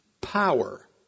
power